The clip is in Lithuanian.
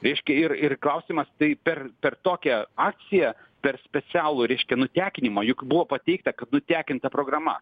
reiškia ir ir klausimas tai per per tokią akciją per specialų reiškia nutekinimą juk buvo pateikta kad nutekinta programa